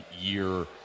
year